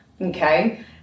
okay